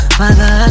mother